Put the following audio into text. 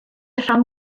rhan